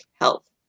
health